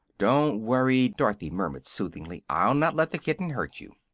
don't worry, dorothy murmured, soothingly, i'll not let the kitten hurt you.